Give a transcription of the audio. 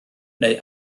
neu